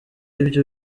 ibyo